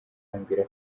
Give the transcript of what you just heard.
ambwira